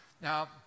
Now